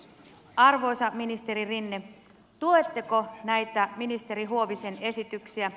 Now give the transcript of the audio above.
arvoisa ministeri rinne tuetteko näitä ministeri huovisen esityksiä